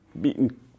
beaten